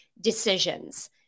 decisions